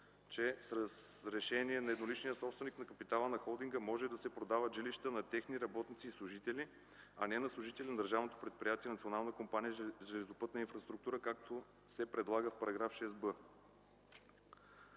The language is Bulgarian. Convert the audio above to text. че с разрешение на едноличния собственик на капитала на холдинга може да се продават жилища на техни работници и служители, а не на служители на държавното предприятие Национална компания „Железопътна инфраструктура”, както се предлага в § 6б.